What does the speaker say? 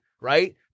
right